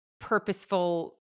purposeful